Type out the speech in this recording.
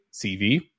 CV